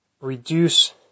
reduce